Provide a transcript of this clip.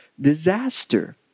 disaster